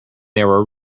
their